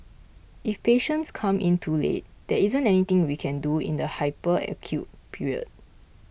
if patients come in too late there isn't anything we can do in the hyper acute period